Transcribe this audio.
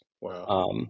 Wow